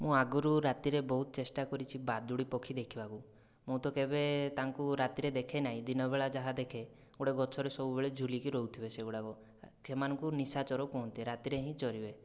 ମୁଁ ଆଗରୁ ରାତିରେ ବହୁତ ଚେଷ୍ଟା କରିଛି ବାଦୁଡ଼ି ପକ୍ଷୀ ଦେଖିବାକୁ ମୁଁ ତ କେବେ ତାଙ୍କୁ ରାତିରେ ଦେଖିନାହିଁ ଦିନ ବେଳା ଯାହା ଦେଖେ ଗୋଟେ ଗଛରେ ସବୁବେଳେ ଝୁଲିକି ରହୁଥିବେ ସେଗୁଡ଼ାକ ସେମାନଙ୍କୁ ନିଶାଚର କୁହନ୍ତି ରାତିରେ ହିଁ ଚରିବେ